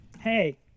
Hey